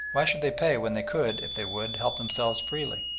why should they pay when they could if they would help themselves freely?